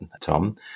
Tom